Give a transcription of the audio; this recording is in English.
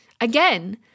again